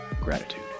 Gratitude